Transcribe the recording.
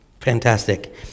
fantastic